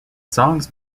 songs